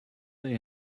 they